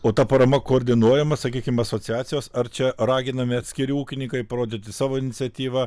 o ta parama koordinuojama sakykim asociacijos ar čia raginami atskiri ūkininkai parodyti savo iniciatyvą